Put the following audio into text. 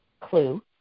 clue